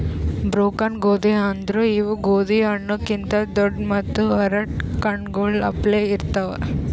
broken ಗೋದಿ ಅಂದುರ್ ಇವು ಗೋದಿ ಹಣ್ಣು ಕಿಂತ್ ದೊಡ್ಡು ಮತ್ತ ಒರಟ್ ಕಣ್ಣಗೊಳ್ ಅಪ್ಲೆ ಇರ್ತಾವ್